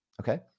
okay